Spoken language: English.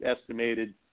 estimated